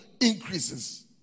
increases